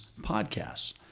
podcasts